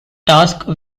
task